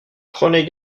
prenez